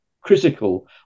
critical